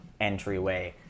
Entryway